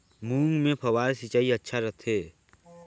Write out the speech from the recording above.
मूंग मे फव्वारा सिंचाई अच्छा रथे?